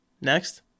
Next